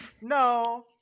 No